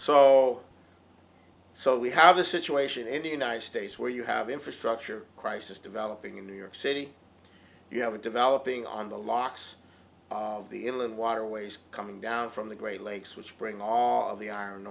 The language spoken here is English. so so we have a situation in the united states where you have infrastructure crisis developing in new york city you have a developing on the locks of the ill and waterways coming down from the great lakes which bring all of the iron